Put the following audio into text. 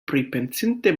pripensinte